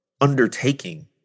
undertaking